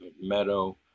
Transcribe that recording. meadow